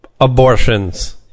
abortions